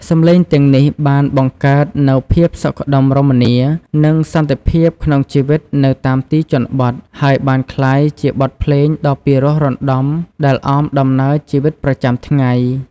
សំឡេងទាំងនេះបានបង្កើតនូវភាពសុខដុមរមនា និងសន្តិភាពក្នុងជីវិតនៅតាមទីជនបទ ហើយបានក្លាយជាបទភ្លេងដ៏ពិរោះរណ្តំដែលអមដំណើរជីវិតប្រចាំថ្ងៃ។